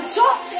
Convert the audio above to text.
talk